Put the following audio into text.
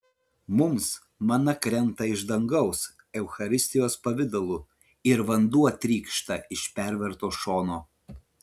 mums mana krenta iš dangaus eucharistijos pavidalu ir vanduo trykšta iš perverto šono